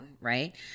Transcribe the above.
right